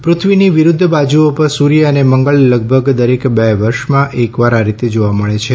પૃથ્વીની વિરુદ્ધ બાજુઓ પર સૂર્ય અને મંગળ લગભગ દરેક બે વર્ષમાં એક વાર આ રીતે જોવા મળે છે